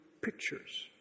pictures